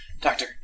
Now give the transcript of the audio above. Doctor